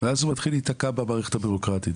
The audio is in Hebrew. ואז הוא מתחיל להיתקע במערכת הבירוקרטית,